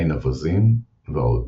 עין אווזים ועוד.